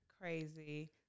crazy